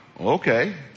okay